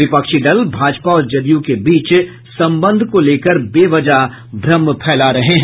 विपक्षी दल भाजपा और जदयू के बीच संबंध को लेकर बेवजह भ्रम फैला रहे हैं